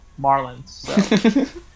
Marlins